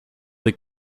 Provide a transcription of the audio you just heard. des